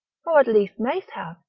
or at least mayst have